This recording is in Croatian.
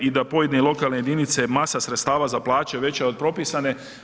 I da pojedine lokalne jedinice, masa sredstava za plaće veća je od propisane.